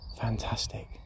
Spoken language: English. fantastic